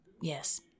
Yes